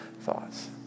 thoughts